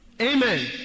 Amen